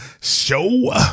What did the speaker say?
Show